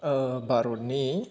भारतनि